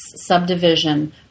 subdivision